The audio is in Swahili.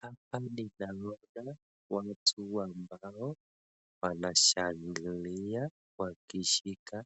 Hapa ninaona watu ambao wanashangilia wakiwa wameshika